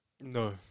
No